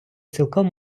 цілком